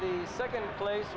the second place